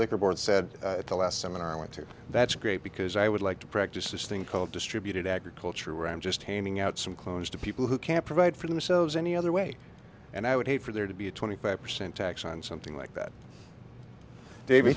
liquor board said at the last seminar i went to that's great because i would like to practice this thing called distributed agriculture where i'm just handing out some clothes to people who can't provide for themselves any other way and i would hate for there to be a twenty five percent tax on something like that